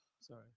sorry